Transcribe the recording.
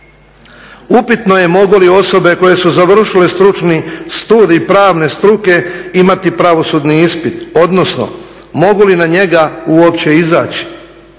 Upitno je mogu li osobe koje su završile stručni studij pravne struke imati pravosudni ispit, odnosno mogu li na njega uopće izaći.